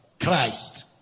Christ